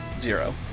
zero